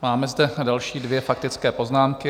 Máme zde další dvě faktické poznámky.